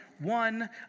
one